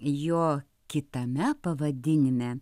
jo kitame pavadinime